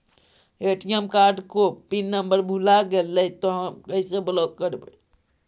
ATM card को pin number भुला गैले तौ हम कैसे ब्लॉक करवै?